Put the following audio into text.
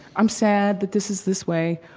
i'm sad that this is this way.